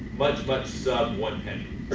much much sub one penny.